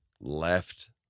left